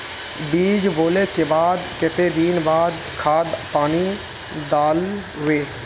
बीज बोले के बाद केते दिन बाद खाद पानी दाल वे?